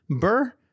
Burr